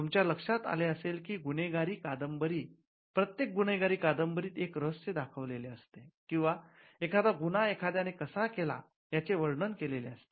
तुमच्या लक्षात आले असेल की प्रत्येक गुन्हेगारी कादंबरीत एक रहस्य दाखवलेले असते किंवा एखादा गुन्हा एखाद्याने कसा केला याचे वर्णन केलेले असते